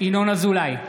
ינון אזולאי,